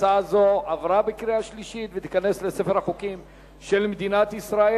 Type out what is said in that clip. הצעה זו עברה בקריאה שלישית ותיכנס לספר החוקים של מדינת ישראל.